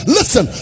Listen